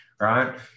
Right